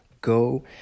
Go